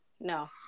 No